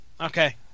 Okay